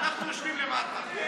אנחנו יושבים למטה.